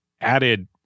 added